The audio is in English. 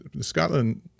Scotland